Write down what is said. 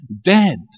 dead